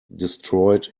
destroyed